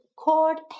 called